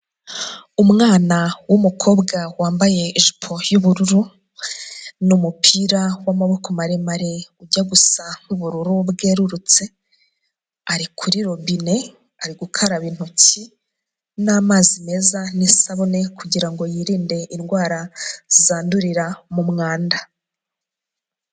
Umwana w'umukobwa wambaye ijipo y'ubururu n'umupira w'amaboko maremare ujya gusa n'ubururu bwerurutse, ari kuri robine, ari gukaraba intoki n'amazi meza n'isabune, kugirango yirinde indwara zandurira mu mwanda.